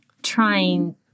trying